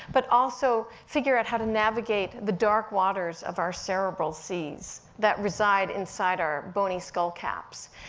but also figure out how to navigate the dark waters of our cerebral seas, that reside inside our bony skull caps.